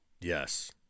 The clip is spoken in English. Yes